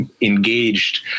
engaged